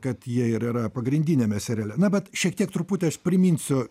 kad jie ir yra pagrindiniame seriale na bet šiek tiek truputį aš priminsiu